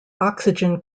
oxygen